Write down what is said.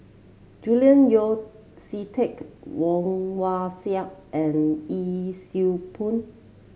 Julian Yeo See Teck Woon Wah Siang and Yee Siew Pun